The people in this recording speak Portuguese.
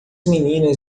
meninas